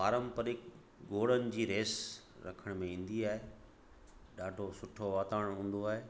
पारंपरिक घोड़नि जी रेस रखण में ईंदी आहे ॾाढो सुठो वातावरण हूंदो आहे